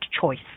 choice